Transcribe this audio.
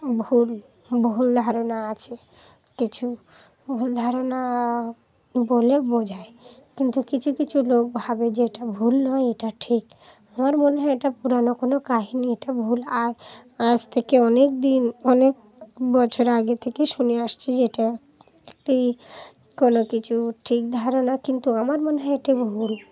ভুল ভুল ধারণা আছে কিছু ভুল ধারণা বলে বোঝায় কিন্তু কিছু কিছু লোক ভাবে যে এটা ভুল নয় এটা ঠিক আমার মনে হয় এটা পুরানো কোনো কাহিনি এটা ভুল আ আজ থেকে অনেক দিন অনেক বছর আগে থেকেই শুনে আসছি যে কোনো কিছু ঠিক ধারণা কিন্তু আমার মনে হয় এটি ভুল